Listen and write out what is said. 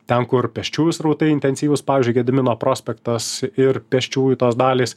ten kur pėsčiųjų srautai intensyvūs pavyzdžiui gedimino prospektas ir pėsčiųjų tos dalys